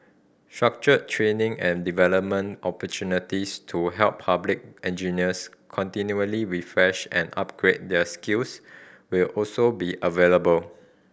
structured training and development opportunities to help public engineers continually refresh and upgrade their skills will also be available